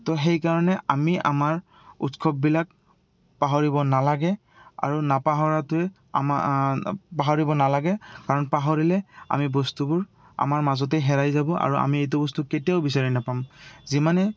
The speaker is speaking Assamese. তো সেইকাৰণে আমি আমাৰ উৎসৱবিলাক পাহৰিব নালাগে আৰু নাপাহৰাটোৱে আমাৰ পাহৰিব নালাগে কাৰণ পাহৰিলে আমি বস্তুবোৰ আমাৰ মাজতে হেৰাই যাব আৰু আমি এইটো বস্তু কেতিয়াও বিচাৰে নোপাম যিমানে